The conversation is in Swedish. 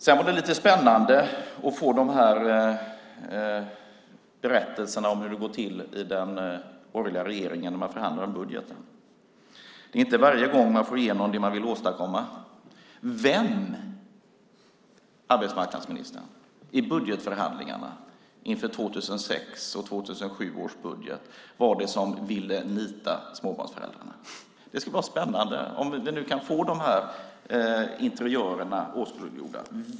Det var lite spännande med berättelsen om hur det går till i den borgerliga regeringen när man förhandlar om budgeten. Det är inte varje gång man får igenom det man vill åstadkomma, sade arbetsmarknadsministern. Vem i budgetförhandlingarna om 2006/07 års budget var det som ville nita småbarnsföräldrarna? Det skulle vara spännande att få detta åskådliggjort.